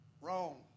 Wrong